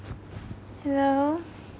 hello